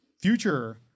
future